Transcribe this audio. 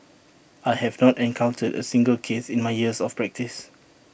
I have not encountered A single case in my years of practice